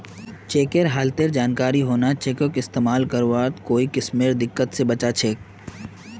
चेकेर हालतेर जानकारी होना चेकक इस्तेमाल करवात कोई किस्मेर दिक्कत से बचा छे